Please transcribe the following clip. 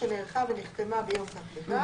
"שנערכה ונחתמה" ביום וכך וכך,